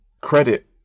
credit